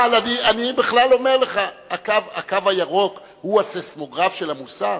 אבל אני בכלל אומר לך: "הקו הירוק" הוא הסיסמוגרף של המוסר?